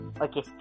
Okay